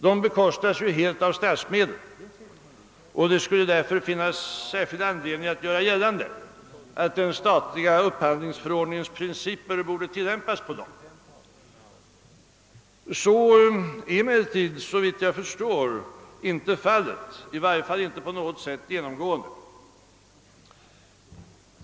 Dessa bekostas helt av statsmedel, och det skulle därför finnas särskild anledning att göra gällande, att den statliga upphandlingsförordningens principer borde tillämpas på dem. Såvitt jag förstår är det emellertid inte fallet — i varje fall inte genomgående.